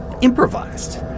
improvised